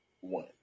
one